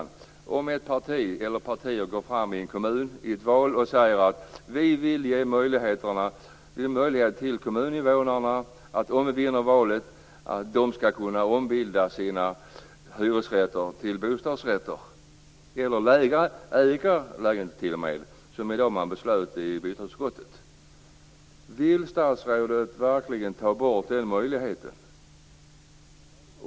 Låt oss säga att ett eller flera partier går fram i ett val i en kommun och säger: Vi vill om vi vinner valet ge möjlighet för kommuninvånarna att kunna ombilda sina hyresrätter till bostadsrätter - eller t.o.m. ägarlägenheter som man i dag beslutade om i bostadsutskottet. Vill statsrådet verkligen ta bort den möjligheten?